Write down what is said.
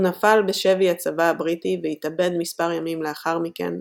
הוא נפל בשבי הצבא הבריטי והתאבד מספר ימים לאחר מכן,